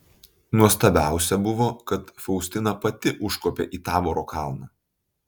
nuostabiausia buvo kad faustina pati užkopė į taboro kalną